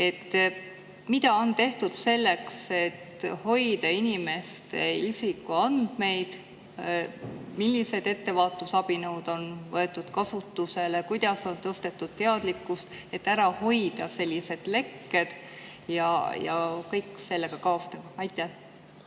Mida on tehtud selleks, et hoida inimeste isikuandmeid? Millised ettevaatusabinõud on võetud kasutusele, kuidas on tõstetud teadlikkust, et ära hoida sellised lekked ja kõik nendega kaasnev? Aitäh,